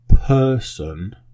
person